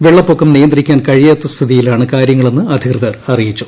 വെളളപ്പൊക്കം നിയന്ത്രിക്കാൻ കഴിയാത്ത സ്ഥിതിയിലാണ് കാര്യങ്ങളെന്ന് അധികൃതർ അറിയിച്ചു